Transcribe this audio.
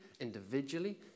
individually